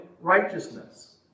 righteousness